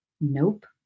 Nope